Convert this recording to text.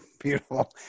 Beautiful